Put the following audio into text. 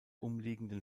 umliegenden